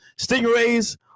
stingrays